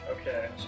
Okay